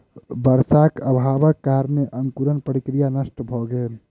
वर्षाक अभावक कारणेँ अंकुरण प्रक्रिया नष्ट भ गेल